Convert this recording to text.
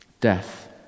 Death